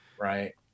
right